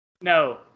No